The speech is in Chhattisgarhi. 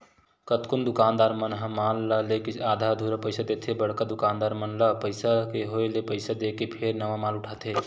कतकोन दुकानदार मन ह माल ल लेके आधा अधूरा पइसा देथे बड़का दुकानदार मन ल पइसा के होय ले पइसा देके फेर नवा माल उठाथे